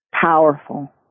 Powerful